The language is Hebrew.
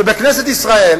שבכנסת ישראל